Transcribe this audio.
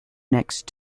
next